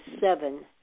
seven